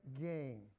gain